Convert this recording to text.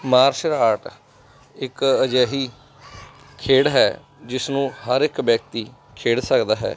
martial art ਇੱਕ ਅਜਿਹੀ ਖੇਡ ਹੈ ਜਿਸ ਨੂੰ ਹਰ ਇੱਕ ਵਿਅਕਤੀ ਖੇਡ ਸਕਦਾ ਹੈ